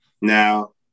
Now